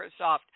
Microsoft